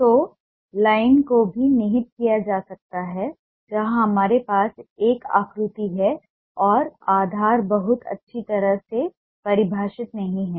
तो लाइन को भी निहित किया जा सकता है जहां हमारे पास एक आकृति है और आधार बहुत अच्छी तरह से परिभाषित नहीं है